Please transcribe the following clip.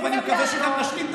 ניסן סלומינסקי,